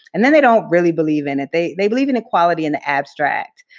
and then they don't really believe in it. they they believe in equality in the abstract.